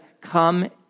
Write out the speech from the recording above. come